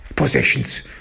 Possessions